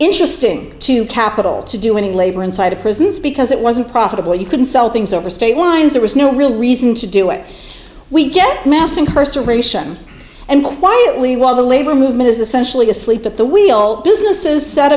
interesting to capital to do any labor inside prisons because it wasn't profitable you couldn't sell things over state lines there was no real reason to do it we get mass incarceration and quietly while the labor movement is essentially asleep at the wheel businesses set